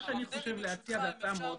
מה שאני חושב להציע זו הצעה מאוד פשוטה.